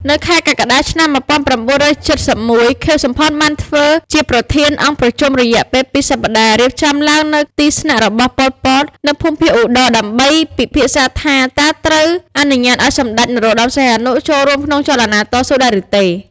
នៅខែកក្កដា ឆ្នាំ ១៩៧១ ខៀវ សំផន បានធ្វើជាប្រធានអង្គប្រជុំរយៈពេលពីរសប្តាហ៍ រៀបចំឡើងនៅទីស្នាក់របស់ ប៉ុល ពត នៅភូមិភាគឧត្តរ ដើម្បីពិភាក្សាថា តើត្រូវអនុញ្ញាតឱ្យសម្តេចព្រះ នរោត្តម សីហនុ ចូលរួមក្នុងចលនាតស៊ូដែរឬទេ ។